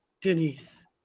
Denise